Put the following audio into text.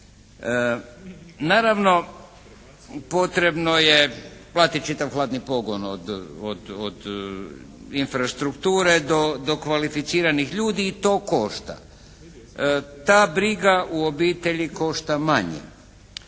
Naravno potrebno je platiti čitav hladni pogon od infrastrukture do kvalificiranih ljudi i to košta. Ta briga u obitelji košta manje.